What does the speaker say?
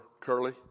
Curly